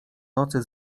nocy